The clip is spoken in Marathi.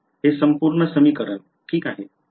हे संपूर्ण समीकरण ठीक आहे